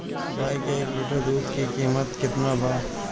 गाय के एक लिटर दूध के कीमत केतना बा?